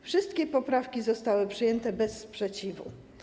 Wszystkie poprawki zostały przyjęte bez sprzeciwu.